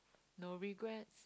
no regrets